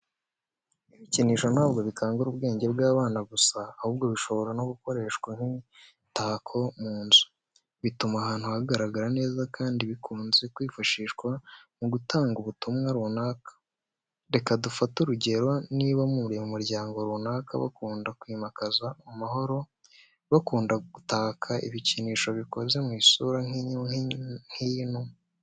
Ibikinisho ntabwo bikangura ubwenge bw'abana gusa, ahubwo bishobora no gukoreshwa nk'imitako mu nzu. Bituma ahantu hagaragara neza kandi bikunze kwifashishwa mu gutanga ubutumwa runaka. Reka dufate urugero, niba mu muryango runaka bakunda kwimakaza amahoro, bakunda gutaka ibikinisho bikoze mu isura nk'iyinuma.